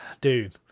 dude